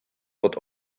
wird